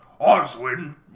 Oswin